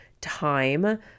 time